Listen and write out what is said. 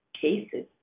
cases